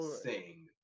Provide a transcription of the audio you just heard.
sing